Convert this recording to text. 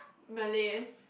Malays